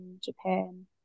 Japan